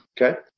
Okay